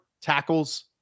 tackles